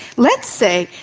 let's say,